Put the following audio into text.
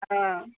ಹಾಂ